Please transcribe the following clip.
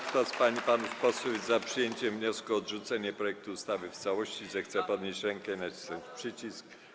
Kto z pań i panów posłów jest za przyjęciem wniosku o odrzucenie projektu ustawy w całości, zechce podnieść rękę i nacisnąć przycisk.